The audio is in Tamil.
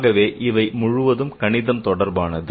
ஆகவே இவை முழுவதும் கணிதம் தொடர்பானது